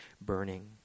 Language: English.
burning